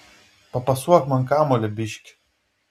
papasuok man kamuolį biškį